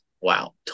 Wow